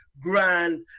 grand